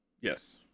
yes